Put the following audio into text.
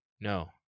No